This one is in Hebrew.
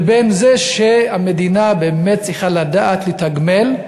לבין זה שהמדינה באמת צריכה לדעת לתגמל,